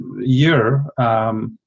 year